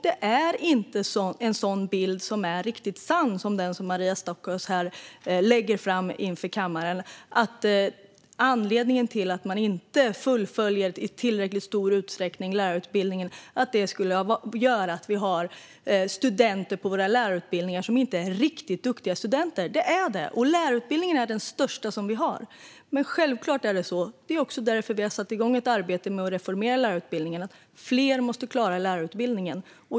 Den bild som Maria Stockhaus här lägger fram är inte helt sann - att anledningen till att studenterna inte fullföljer lärarutbildningen skulle vara att studenterna på lärarutbildningen inte är riktigt duktiga. Det är de, och lärarutbildningen är den största utbildning vi har. Men självklart måste fler klara lärarutbildningen, och därför har vi också satt igång ett arbete med att reformera lärarutbildningarna.